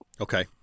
Okay